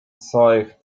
sight